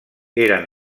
eren